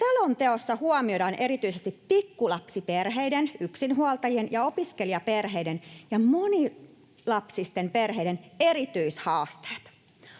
Selonteossa huomioidaan erityisesti pikkulapsiperheiden, yksinhuoltajien ja opiskelijaperheiden ja monilapsisten perheiden erityishaasteet.